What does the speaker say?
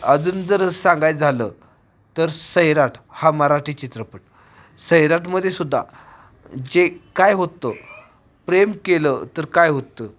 अजून जर सांगाय झालं तर सैराट हा मराठी चित्रपट सैराटमध्ये सुद्धा जे काय होतं प्रेम केलं तर काय होतं